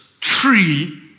tree